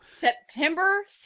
September